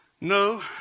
no